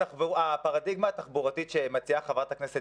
הפרדיגמה התחבורתית שמציעה חברת הכנסת